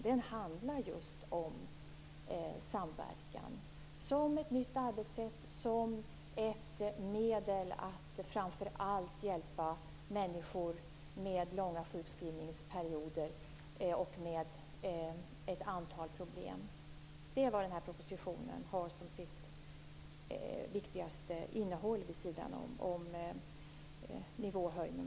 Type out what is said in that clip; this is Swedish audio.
Den handlar just om samverkan som ett nytt arbetssätt, som ett medel att framför allt hjälpa människor med långa sjukskrivningsperioder och ett antal problem. Det är, vid sidan av nivåhöjningarna, det viktigaste innehållet i den här propositionen.